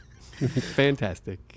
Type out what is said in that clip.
Fantastic